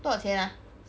多少钱 ah